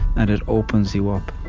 and it opens you up